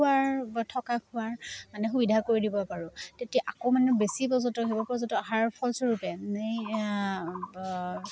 খোৱাৰ থকা খোৱাৰ মানে সুবিধা কৰি দিব পাৰোঁ তেতিয়া আকৌ মানে বেছি পৰ্যটক হ'ব পৰ্যটক অহাৰ ফলস্বৰূপে